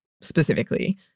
specifically